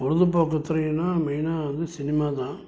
பொழுதுபோக்கு துறையினா மெயினாக வந்து சினிமா தான்